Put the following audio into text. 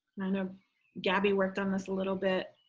and um gabby worked on this a little bit.